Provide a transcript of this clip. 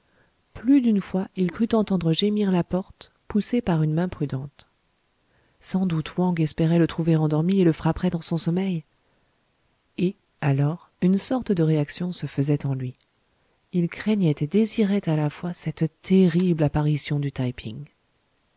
plus d'une fois il crut entendre gémir la porte poussée par une main prudente sans doute wang espérait le trouver endormi et le frapperait dans son sommeil et alors une sorte de réaction se faisait en lui il craignait et désirait à la fois cette terrible apparition du taï ping